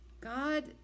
God